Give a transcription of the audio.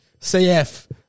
CF